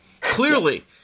Clearly